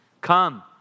come